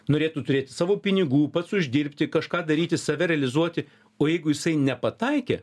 norėtų turėti savo pinigų pats uždirbti kažką daryti save realizuoti o jeigu jisai nepataikė